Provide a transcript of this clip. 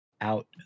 out